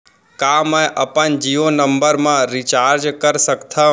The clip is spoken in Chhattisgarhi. का मैं अपन जीयो नंबर म रिचार्ज कर सकथव?